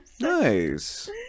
Nice